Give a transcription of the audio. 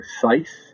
precise